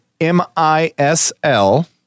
m-i-s-l